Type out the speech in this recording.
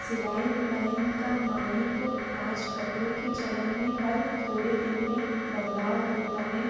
सिलाई डुलाई का माने तो आज कपड़ों के चलन में हर थोड़े दिन में बदलाव होता है